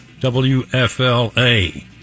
WFLA